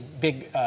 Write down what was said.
big